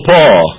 Paul